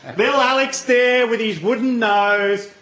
little alex there with his wooden nose,